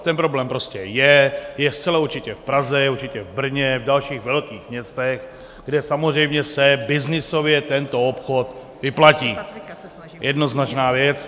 Ten problém prostě je, je zcela určitě v Praze, je určitě v Brně, v dalších velkých městech, kde se samozřejmě byznysově tento obchod vyplatí, jednoznačná věc.